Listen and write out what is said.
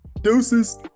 deuces